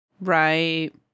right